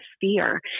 fear